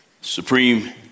Supreme